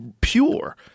pure